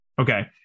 okay